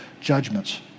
judgments